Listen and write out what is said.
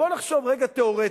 בואו נחשוב רגע תיאורטית,